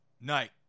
Night